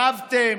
רבתם,